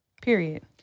Period